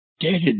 Dead